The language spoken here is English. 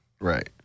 Right